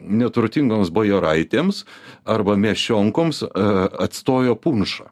neturtingoms bajoraitėms arba miesčioniškoms atstojo punšą